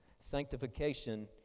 Sanctification